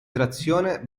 trazione